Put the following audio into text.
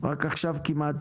רק עכשיו כמעט